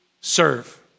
serve